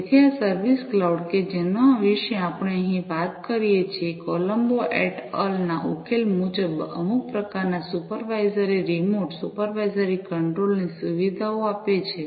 તેથી આ service cloud કે જેના વિશે આપણે અહીં વાત કરીએ છીએ કોલંબો એટ અલ ના ઉકેલ મુજબ અમુક પ્રકારના સુપરવાઇઝરી રીમોટ સુપરવાઇઝરી કંટ્રોલ ની સુવિધા આપે છે